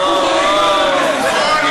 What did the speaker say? בסופו של יום היה יום ארוך, היה קשה לרוב